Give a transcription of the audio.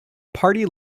party